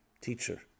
teacher